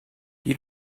you